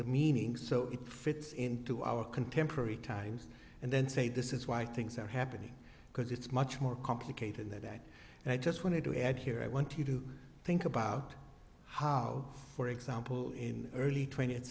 the meaning so it fits into our contemporary times and then say this is why things are happening because it's much more complicated than that and i just wanted to add here i want you to think about how for example in early twentieth